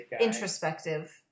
introspective